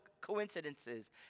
coincidences